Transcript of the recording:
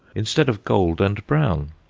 instead of gold and brown!